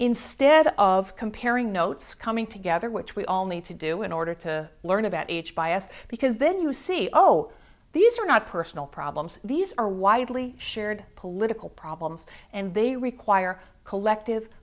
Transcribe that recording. instead of comparing notes coming together which we all need to do in order to learn about each bias because then you see oh these are not personal problems these are widely shared political problems and they require a collective